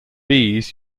bees